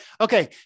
Okay